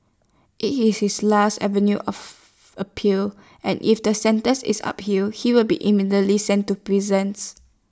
IT is his last avenue of appeal and if the sentence is uphill he will be immediately sent to prisons